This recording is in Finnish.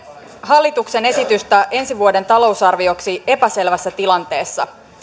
hallituksen esitystä ensi vuoden talousarvioksi epäselvässä tilanteessa